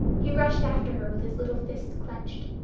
he rushed after her with his little fist clenched.